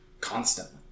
Constantly